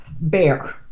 bear